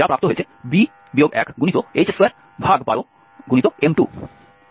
সুতরাং আমাদের কাছে একটি সূত্র রয়েছে যা প্রাপ্ত হয়েছে b ah212M2